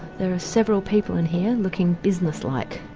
there are several people in here looking businesslike,